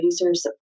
users